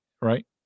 right